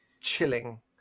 chilling